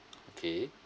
okay